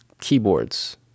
keyboards